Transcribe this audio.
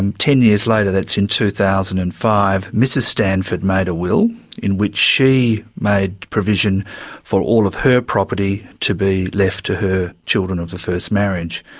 and ten years later, that's in two thousand and five, mrs stanford made a will in which she made provision for all of her property to be left to her children of the first marriage.